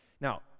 Now